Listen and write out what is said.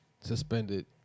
suspended